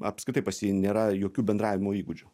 apskritai pas jį nėra jokių bendravimo įgūdžių